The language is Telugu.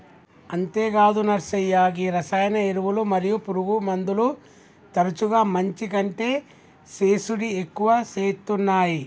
అంతేగాదు నర్సయ్య గీ రసాయన ఎరువులు మరియు పురుగుమందులు తరచుగా మంచి కంటే సేసుడి ఎక్కువ సేత్తునాయి